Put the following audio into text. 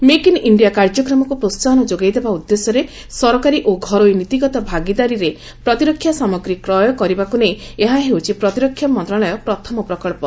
make in India କାର୍ଯ୍ୟକ୍ରମକୁ ପ୍ରୋହାହନ ଯୋଗାଇ ଦେବା ଉଦ୍ଦେଶ୍ୟରେ ସରକାରୀ ଓ ଘରୋଇ ନୀତିଗତ ଭାଗିଦାରୀରେ ପ୍ରତିରକ୍ଷା ସାମଗ୍ରୀ କ୍ରୟ କରିବାକୁ ନେଇ ଏହା ହେଉଛି ପ୍ରତିରକ୍ଷା ମନ୍ତ୍ରଣାଳୟ ପ୍ରଥମ ପ୍ରକଳ୍ପ